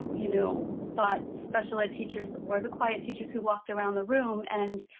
you know, thought special ed teachers were the quiet teachers who walked around the room and,